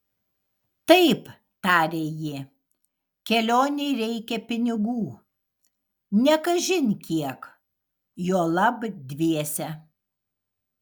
taip tarė ji kelionei reikia pinigų ne kažin kiek juolab dviese